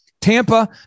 Tampa